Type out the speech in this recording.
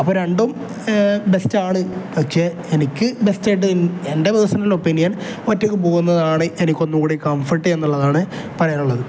അപ്പം രണ്ടും ബെസ്റ്റ് ആണ് പക്ഷേ എനിക്ക് ബെസ്റ്റ് ആയിട്ട് എൻ്റെ പേഴ്സണൽ ഒപ്പീനിയൻ ഒറ്റക്ക് പോകുന്നതാണ് എനിക്ക് ഒന്നും കൂടി കംഫർട്ട് എന്നുള്ളതാണ് പറയാനുള്ളത്